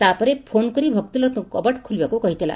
ତା'ପରେ ଫୋନ୍ କରି ଭକ୍ତିଲତାଙ୍କୁ କବାଟ ଖୋଲିବାକୁ କହିଥିଲା